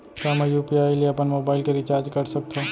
का मैं यू.पी.आई ले अपन मोबाइल के रिचार्ज कर सकथव?